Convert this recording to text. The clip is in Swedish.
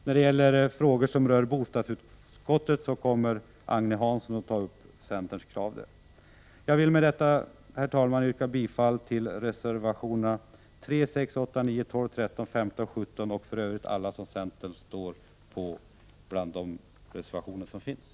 När det gäller frågor som berör bostadsutskottet kommer Agne Hansson att ta upp centerns krav. Jag vill med detta yrka bifall till reservationerna 3,6, 8,9, 12, 13,15, 17 och till alla de reservationer i övrigt där centerns ledamöter står antecknade.